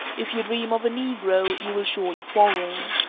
if you dream of a negro, you will surely quarrel.